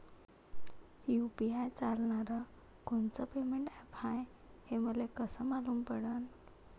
UPI चालणारं कोनचं payment app हाय, हे मले कस मालूम पडन?